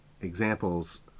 examples